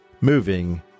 moving